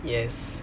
yes